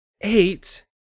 eight